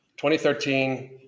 2013